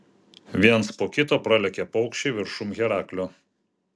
viens po kito pralėkė paukščiai viršum heraklio